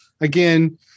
Again